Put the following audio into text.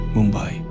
Mumbai